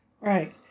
Right